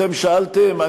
אתם שאלתם,